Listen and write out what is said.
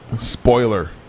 Spoiler